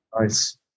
nice